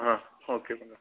ఆ ఓకే